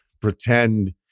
pretend